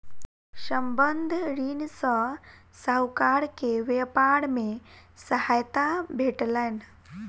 संबंद्ध ऋण सॅ साहूकार के व्यापार मे सहायता भेटलैन